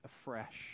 afresh